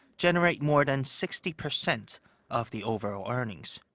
generate more than sixty percent of the overall earnings.